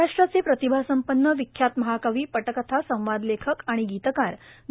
महाराष्ट्राचे प्रतिभासंपन्न विख्यात महाकवी पटकथा संवाद लेखक आणि गीतकार ग